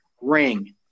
ring